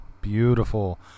beautiful